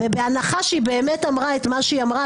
ובהנחה שהיא באמת אמרה את מה שהיא אמרה,